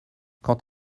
quand